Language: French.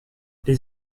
les